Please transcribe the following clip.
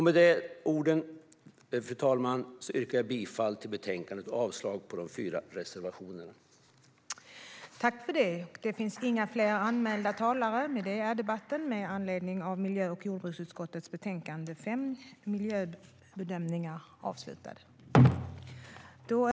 Med de orden yrkar jag bifall till förslaget i betänkandet och avslag på de fyra reservationerna, fru talman.